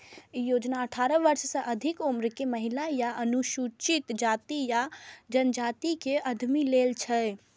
ई योजना अठारह वर्ष सं अधिक उम्र के महिला आ अनुसूचित जाति आ जनजाति के उद्यमी लेल छै